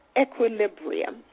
equilibrium